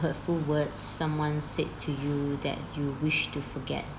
hurtful words someone said to you that you wished to forget